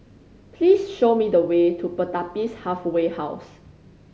please show me the way to Pertapis Halfway House